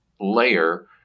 layer